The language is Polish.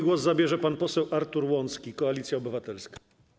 Głos zabierze pan poseł Artur Łącki, Koalicja Obywatelska.